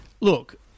Look